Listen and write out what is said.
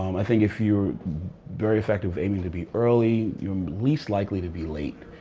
um i think if you're very effective aiming to be early, you're least likely to be late.